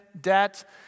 debt